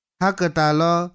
hakatalo